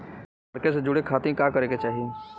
Market से जुड़े खाती का करे के चाही?